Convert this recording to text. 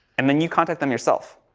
and then you contact them yourself.